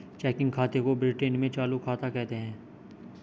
checking खाते को Britain में चालू खाता कहते हैं